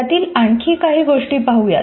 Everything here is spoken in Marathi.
यातील आणखी काही गोष्टी पाहू यात